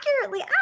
accurately